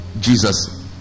Jesus